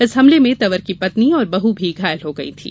इस हमले में तंवर की पत्नी और बहू भी घायल हो गयीं थीं